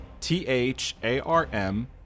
T-H-A-R-M